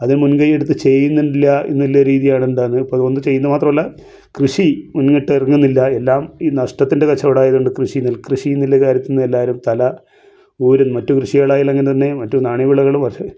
അത് മുൻകയ്യെടുത്ത് ചെയ്യുന്നില്ല എന്നുള്ള രീതിയാണ് എന്താണ് അത് ചെയ്യുന്ന മാത്രല്ല കൃഷി മുന്നിട്ട് ഇറങ്ങുന്നില്ല എല്ലാം ഈ നഷ്ടത്തിൻ്റെ കച്ചവടമായത് കൊണ്ട് കൃഷി നെൽക്കൃഷിയെന്നുള്ള കാര്യത്തിൽ നിന്ന് എല്ലാവരും തല ഊരും മറ്റ് കൃഷികളായാലും അങ്ങനെ തന്നെ മറ്റ് നാണ്യവിളകളും